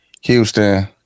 Houston